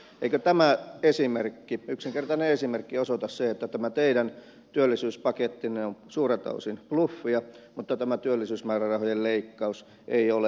eikö tämä esimerkki yksinkertainen esimerkki osoita sen että tämä teidän työllisyyspakettinne on suurelta osin bluffia mutta tämä työllisyysmäärärahojen leikkaus ei ole